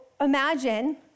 imagine